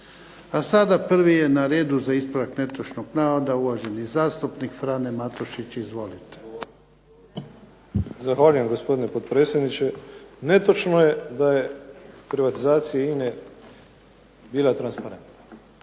Sada prvi je na redu za ispravak netočnog navoda uvaženi zastupnik Frane Matušić. Izvolite. **Matušić, Frano (HDZ)** Zahvaljujem gospodine potpredsjedniče. Netočno je da je privatizacija INA-e bila transparentna.